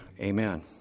amen